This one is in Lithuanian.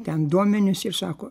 ten duomenis ir sako